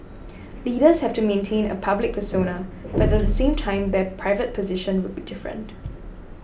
leaders have to maintain a public persona but at the same time their private position would be different